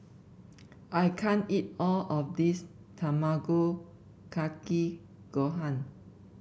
I can't eat all of this Tamago Kake Gohan